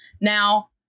Now